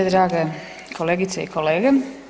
Drage kolegice i kolege.